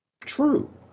True